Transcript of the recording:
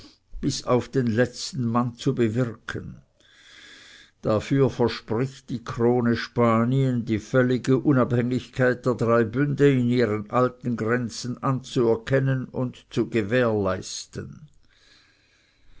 bis auf den letzten mann zu bewirken dafür verspricht die krone spanien die völlige unabhängigkeit der drei bünde in ihren alten grenzen anzuerkennen und zu gewährleisten